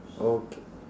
okay